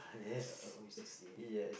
oh oh oh oh is the same